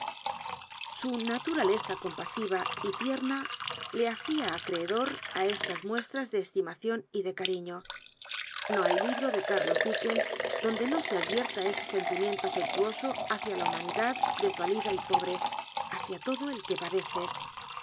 su naturaleza compasiva y tierna le hacia acreedor it estas muestras de estimacion y de cariño no hay libro ele cúl'los dicl ens donde no se advierta ese sentimieuto afectuoso húcia la human idad desra licl t y pobre húcia todo el r ue padece